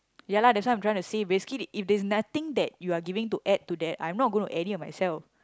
ya lah that's what I'm trying say basically if there's nothing that you're giving to add to that I'm not gonna add it myself